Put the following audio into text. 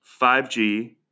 5G